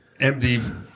MD